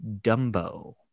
Dumbo